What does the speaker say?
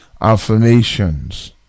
affirmations